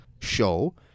show